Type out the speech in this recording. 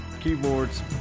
keyboards